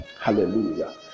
hallelujah